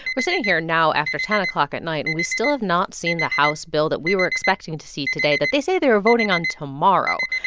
we're sitting here now after ten o'clock at night, and we still have not seen the house bill that we were expecting to see today that they say they're voting on tomorrow.